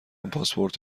پاسپورت